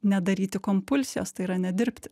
nedaryti kompulsijos tai yra nedirbti